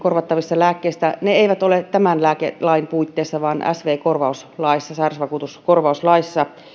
korvattavista hormonilääkkeistä ne eivät ole tämän lääkelain puitteissa vaan sv korvauslaissa sairausvakuutuskorvauslaissa